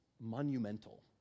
monumental